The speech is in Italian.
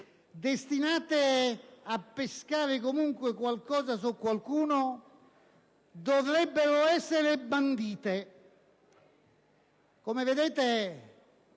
destinate a pescare comunque qualcosa su qualcuno, dovrebbero essere bandite. Come vedete,